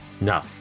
No